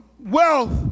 Wealth